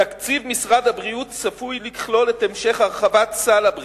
תקציב משרד הבריאות צפוי לכלול את המשך הרחבת סל הבריאות,